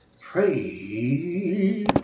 praise